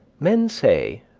men say,